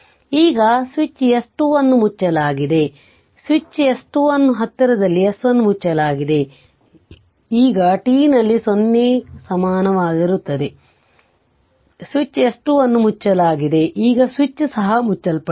ಈಗ switch S 2 ಅನ್ನು ಮುಚ್ಚಲಾಗಿದೆ ಈಗ ಸ್ವಿಚ್ ಎಸ್ ಸ್ವಿಚ್ S 2 ಹತ್ತಿರದಲ್ಲಿದೆ S 1 ಮುಚ್ಚಲಾಗಿದೆ ಈಗ t ನಲ್ಲಿ 0 ಸಮಾನವಾಗಿರುತ್ತದೆ ಸ್ವಿಚ್ S 2 ಅನ್ನು ಮುಚ್ಚಲಾಗಿದೆ ಈಗ ಈ ಸ್ವಿಚ್ ಸಹ ಮುಚ್ಚಲ್ಪಟ್ಟಿದೆ